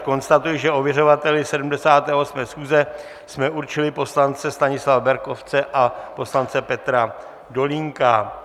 Konstatuji, že ověřovateli 78. schůze jsme určili poslance Stanislava Berkovce a poslance Petra Dolínka.